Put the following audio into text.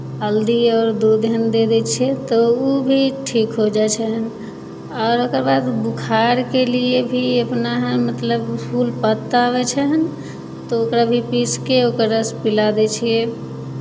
हल्दी आओर दूध एहन दऽ दै छियै तऽ ओ भी ठीक हो जाइ छहैन आओर ओकर बाद बुखारके लिए भी अपना मतलब फूल पत्ता आबै छहैन तऽ ओकरा भी पीस कऽ ओकर रस पिला दै छियै